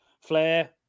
Flair